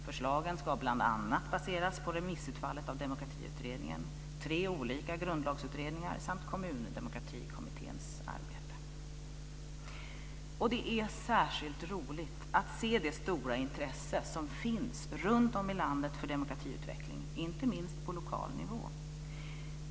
Förslagen ska bl.a. baseras på remissutfallet av Demokratiutredningen, tre olika grundlagsutredningar samt Kommundemokratikommitténs arbete. Det är särskilt roligt att se det stora intresse som finns runtom i landet för demokratiutveckling, inte minst på lokal nivå.